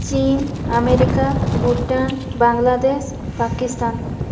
Chin America Bhutan Bangladesh Pakistan